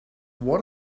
what